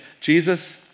Jesus